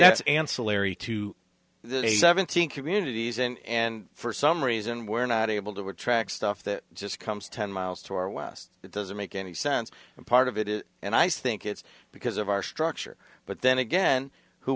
yes ancillary to a seventeen communities and for some reason we're not able to or track stuff that just comes ten miles to our west it doesn't make any sense and part of it is and i think it's because of our structure but then again who